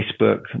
Facebook